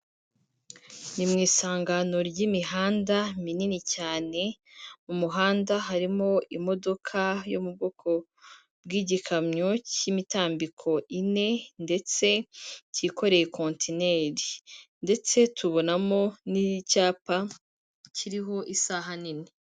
Ni mu isangano ry'imihanda minini cyane, mu muhanda harimo imodoka yo mu bwoko bw'igikamyo cy'imitambiko ine ndetse cyikoreye kontineri, ndetse tubonamo n'icyapa kiriho isaha nini.